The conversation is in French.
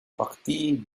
partie